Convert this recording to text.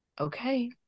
okay